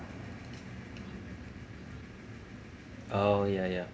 oh ya ya